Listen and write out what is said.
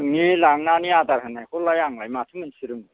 नोंनि लांनानै आदार होनायखौलाय आंलाय माथो मिनथि रोंगौ